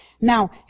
Now